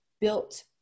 built